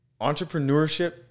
entrepreneurship